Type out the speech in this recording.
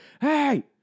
hey